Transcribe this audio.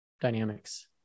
dynamics